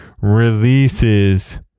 releases